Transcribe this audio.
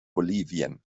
bolivien